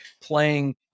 playing